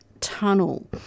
Tunnel